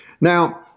Now